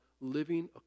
living